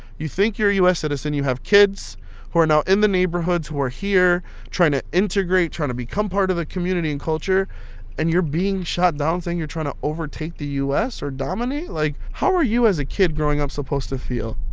you think you're a u s. citizen. you have kids who are now in the neighborhoods, who are here trying to integrate, trying to become part of the community and culture and you're being shot down, saying you're trying to overtake the u s. or dominate. like, how are you as a kid growing up supposed to feel?